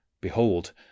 Behold